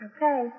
Okay